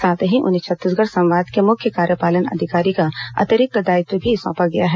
साथ ही उन्हें छत्तीसगढ़ संवाद के मुख्य कार्यपालन अधिकारी का अतिरिक्त दायित्व भी सौंपा गया है